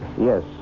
Yes